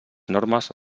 normes